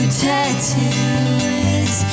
tattoos